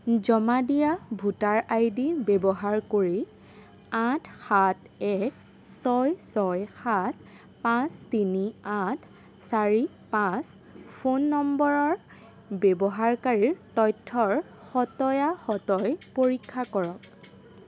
জমা দিয়া voter I D ব্যৱহাৰ কৰি আঠ সাত এক ছয় ছয় সাত পাঁচ তিনি আঠ চাৰি পাঁচ ফোন নম্বৰৰ ব্যৱহাৰকাৰীৰ তথ্যৰ সতয়া সতয় পৰীক্ষা কৰক